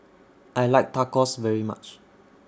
I like Tacos very much